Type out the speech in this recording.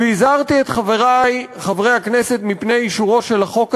והזהרתי את חברי חברי הכנסת מפני אישור החוק הזה,